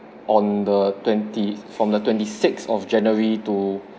on the twenty from the twenty six of january to